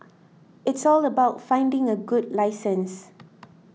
it's all about finding a good licensee